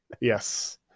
Yes